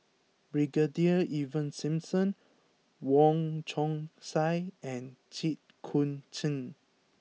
Brigadier Ivan Simson Wong Chong Sai and Jit Koon Ch'ng